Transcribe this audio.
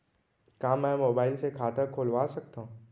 का मैं मोबाइल से खाता खोलवा सकथव?